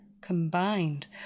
combined